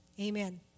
Amen